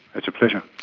it's a pleasure.